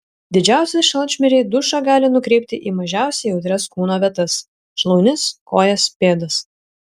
didžiausi šalčmiriai dušą gali nukreipti į mažiausiai jautrias kūno vietas šlaunis kojas pėdas